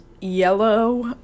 yellow